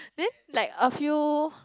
then like a few